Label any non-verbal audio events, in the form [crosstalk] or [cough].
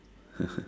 [laughs]